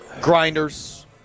grinders